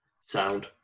Sound